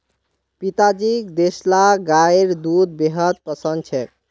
पिताजीक देसला गाइर दूध बेहद पसंद छेक